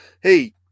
hey